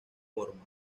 forma